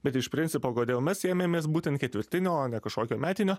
bet iš principo kodėl mes ėmėmės būtent ketvirtinio o ne kažkokio metinio